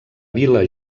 vil·la